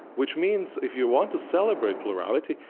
which means if you want to celebrate plurality,